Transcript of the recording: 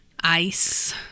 Ice